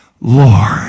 Lord